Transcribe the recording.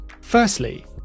Firstly